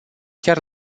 chiar